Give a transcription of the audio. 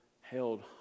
held